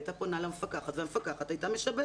היא הייתה פונה למפקחת והמפקחת הייתה משבצת.